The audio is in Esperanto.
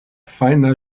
fajna